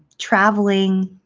traveling,